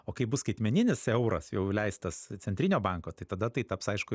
o kai bus skaitmeninis euras jau leistas centrinio banko tai tada tai taps aišku